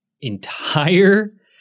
entire